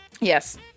Yes